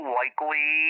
likely